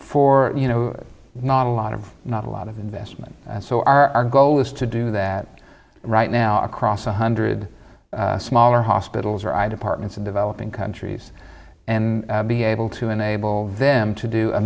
for you know not a lot of not a lot of investment so our goal is to do that right now across one hundred smaller hospitals where i departments in developing countries and be able to enable them to do a